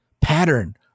pattern